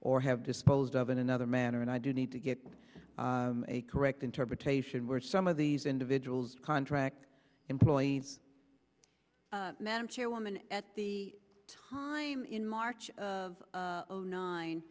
or have disposed of in another manner and i do need to get a correct interpretation were some of these individuals contract employees madam chairwoman at the time in march of zero nine